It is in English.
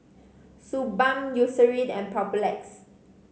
Suu Balm Eucerin and Papulex